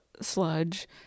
sludge